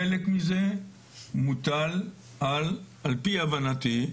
חלק מזה מוטל על פי הבנתי,